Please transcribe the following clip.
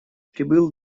прибыл